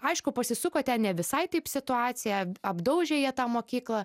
aišku pasisuko ten ne visai taip situacija apdaužė jie tą mokyklą